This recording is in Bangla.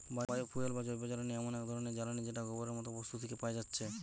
বায়ো ফুয়েল বা জৈবজ্বালানি এমন এক ধরণের জ্বালানী যেটা গোবরের মতো বস্তু থিকে পায়া যাচ্ছে